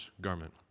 garment